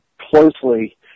closely